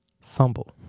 fumble